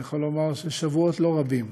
אני יכול לומר ששבועות לא רבים,